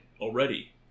already